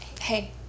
Hey